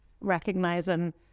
recognizing